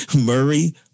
murray